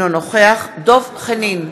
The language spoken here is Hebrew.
אינו נוכח דב חנין,